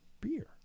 beer